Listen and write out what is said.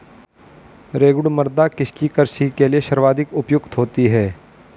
रेगुड़ मृदा किसकी कृषि के लिए सर्वाधिक उपयुक्त होती है?